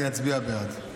אני אצביע בעד.